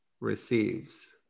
receives